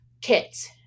kits